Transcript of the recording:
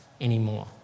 anymore